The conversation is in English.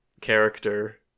character